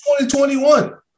2021